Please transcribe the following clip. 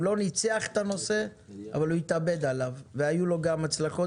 הוא לא ניצח את הנושא אבל הוא התאבד עליו והיו לו גם הצלחות,